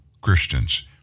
Christians